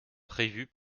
prévus